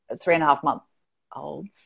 three-and-a-half-month-olds